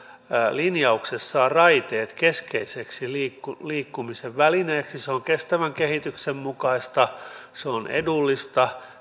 linjauksessaan raiteet keskeiseksi liikkumisen välineeksi se on kestävän kehityksen mukaista se on edullista